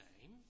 name